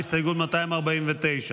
הסתייגות 249